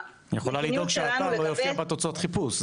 -- יכולה לדאוג שהאתר לא יופיע בתוצאות חיפוש,